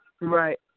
Right